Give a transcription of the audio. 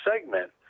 segment